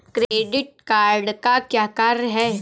Credit card का क्या कार्य है?